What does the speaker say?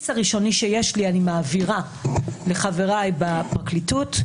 הראשוני שיש לי לחבריי מהפרקליטות.